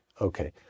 Okay